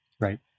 right